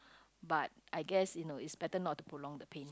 but I guess you know it's better not to prolong the pain